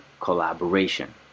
collaboration